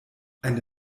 eine